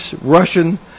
Russian